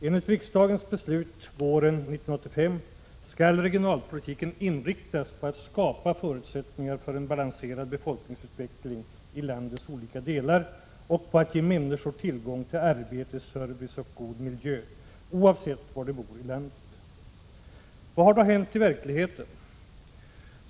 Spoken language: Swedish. Enligt riksdagens beslut våren 1985 skall regionalpolitiken ”inriktas på att skapa förutsättningar för en balanserad befolkningsutveckling i landets olika delar och på att ge människor tillgång till arbete, service och god miljö oavsett var de bor i landet.” Vad har då hänt i verkligheten?